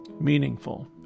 meaningful